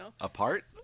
Apart